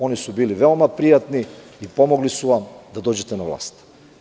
Oni su bili veoma prijatni i pomogli su vam da dođete na vlast.